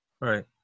right